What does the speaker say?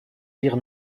dire